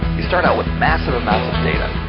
we start out with massive amounts of data.